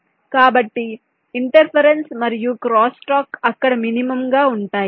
కాబట్టి ఇంటర్ఫెరెన్స్ మరియు క్రాస్స్టాక్ అక్కడ మినిమం గా ఉంటాయి